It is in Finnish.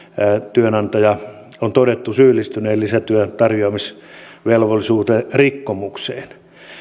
työnantajan on todettu syyllistyneen lisätyön tarjoamisvelvollisuuden rikkomukseen